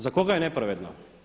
Za koga je nepravedna?